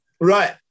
Right